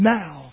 now